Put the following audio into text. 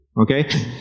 Okay